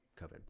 COVID